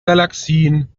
galaxien